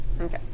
Okay